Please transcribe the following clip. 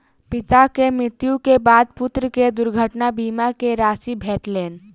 पिता के मृत्यु के बाद पुत्र के दुर्घटना बीमा के राशि भेटलैन